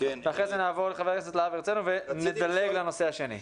ואחרי זה נעבור לחבר הכנסת להב-הרצנו ונדלג לנושא השני.